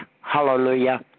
Hallelujah